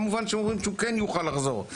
כמובן שאומרים שהוא כן יוכל לחזור.